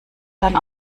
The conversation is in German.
dann